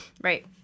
right